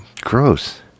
Gross